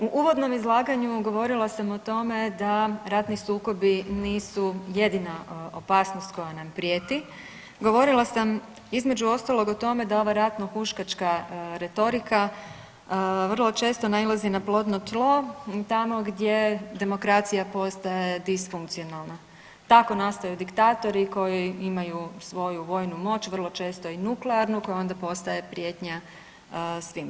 U uvodnom izlaganju govorila sam o tome da ratni sukobi nisu jedina opasnost koja nam prijeti, govorila sam između ostaloga o tome da ovo ratno huškačka retorika vrlo često nailazi na plodno tlo tamo gdje demokracija postaje disfunkcionalna, tako nastaju diktatori koji imaju svoju vojnu moć, vrlo često i nuklearnu koja onda postaje prijetnja svima.